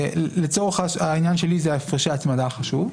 לצורך העניין שלי הפרשי הצמדה זה מה שחשוב.